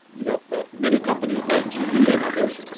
you know but many companies like ge yeah and others,